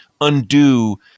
undo